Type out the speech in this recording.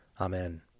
Amen